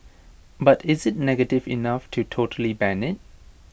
but is IT negative enough to totally ban IT